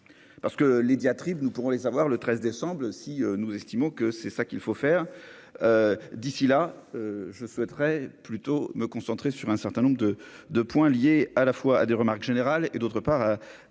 parce que les diatribes, nous pourrons les avoir, le 13 décembre si nous estimons que c'est ça qu'il faut faire d'ici là, je souhaiterais plutôt me concentrer sur un certain nombre de 2, liés à la fois à des remarques générales et d'autre part à